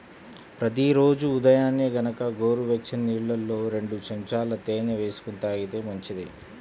ప్రతి రోజూ ఉదయాన్నే గనక గోరువెచ్చని నీళ్ళల్లో రెండు చెంచాల తేనె వేసుకొని తాగితే మంచిది